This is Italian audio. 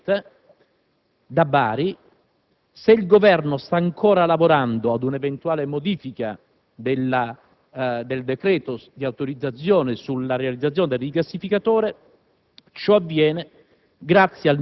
che ha dichiarato da Bari che se il Governo sta ancora lavorando ad un'eventuale modifica del decreto di autorizzazione sulla realizzazione del gassificatore,